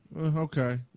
Okay